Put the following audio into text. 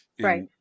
right